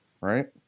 Right